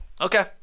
Okay